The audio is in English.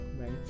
right